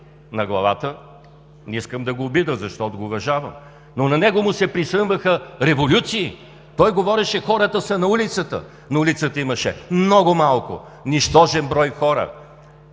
на главата, не искам да го обидя, защото го уважавам, но на него му се присънваха революции. Той говореше: хората са на улицата. На улицата имаше много малко, нищожен брой хора.